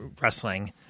wrestling